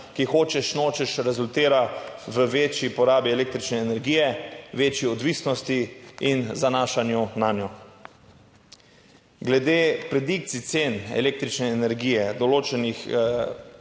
ki hočeš nočeš rezultira v večji porabi električne energije, večji odvisnosti in zanašanju nanjo. Glede predikcij cen električne energije določenih